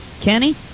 Kenny